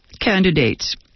candidates